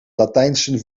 latijnse